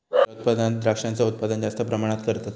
फलोत्पादनात द्रांक्षांचा उत्पादन जास्त प्रमाणात करतत